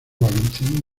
valentín